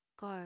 go